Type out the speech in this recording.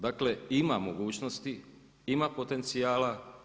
Dakle, ima mogućnosti, ima potencijala.